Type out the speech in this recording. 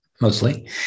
mostly